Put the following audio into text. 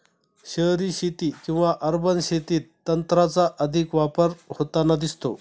शहरी शेती किंवा अर्बन शेतीत तंत्राचा अधिक वापर होताना दिसतो